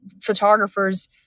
photographers